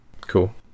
Cool